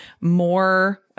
more